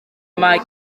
mae